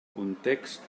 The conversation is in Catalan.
context